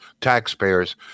taxpayers